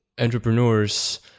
entrepreneurs